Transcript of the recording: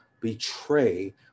betray